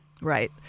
Right